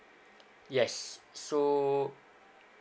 yes so